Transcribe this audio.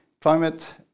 climate